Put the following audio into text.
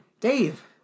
Dave